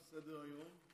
תם סדר-היום.